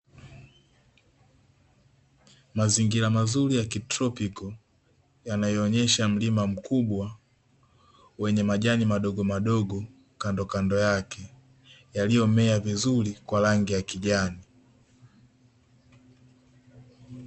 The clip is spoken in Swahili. Mazingira mazuri ya kitropiki yanayoonyesha mlima mkubwa wenye majani madogomadogo kandokando yake, yaliyomea vizuri kwa rangi ya kijani.